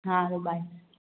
સારું બાય